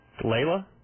Layla